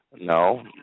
No